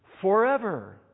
forever